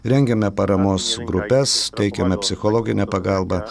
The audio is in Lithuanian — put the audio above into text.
rengiame paramos grupes teikiame psichologinę pagalbą